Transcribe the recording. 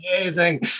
amazing